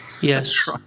Yes